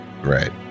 Right